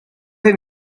hyn